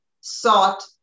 sought